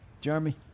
Jeremy